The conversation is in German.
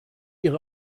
ihre